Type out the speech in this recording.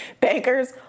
Bankers